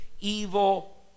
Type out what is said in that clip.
evil